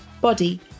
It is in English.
body